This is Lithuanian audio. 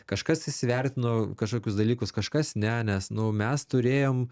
kažkas įsivertino kažkokius dalykus kažkas ne nes nu mes turėjom